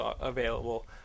available